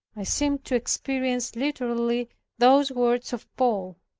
i seemed to experience literally those words of paul,